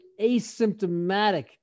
asymptomatic